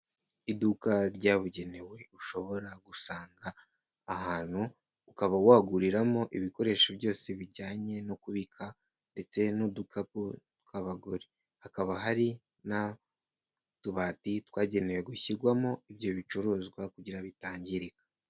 Iduka ryabugenewe ushobora gusanga ahantu ukaba waguriramo ibikoresho byose bijyanye no kubika ndetse n'udukapu tw'abagore, hakaba hari n'utubati twagenewe gushyirwamo ibyo bicuruzwa kugira ngo bitangirika.